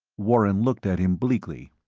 warren looked at him bleakly.